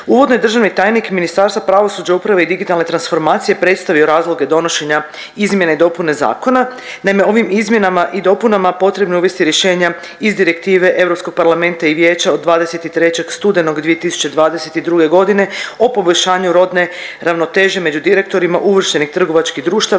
Uvodno je državni tajnik Ministarstva pravosuđa, uprave i digitalne transformacije predstavio razloge donošenja izmjene i dopune zakona. Naime ovim izmjenama i dopunama potrebno je uvesti rješenja iz direktive Europskog parlamenta i Vijeća od 23. studenog 2022. godine o poboljšanju rodne ravnoteže među direktorima uvrštenih trgovačkih društava